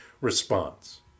response